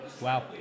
Wow